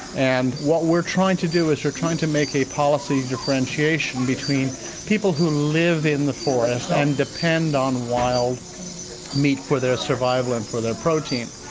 and what we're trying to do is we're trying to make a policy differentiation between people who live in the forest and depend on wild meat for their survival and for their protein,